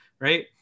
right